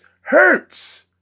hurts